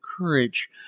courage